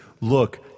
Look